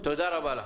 תודה רבה לך.